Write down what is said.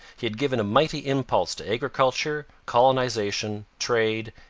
he had given a mighty impulse to agriculture, colonization, trade,